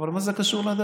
אבל מה זה קשור לדת?